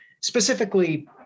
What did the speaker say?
specifically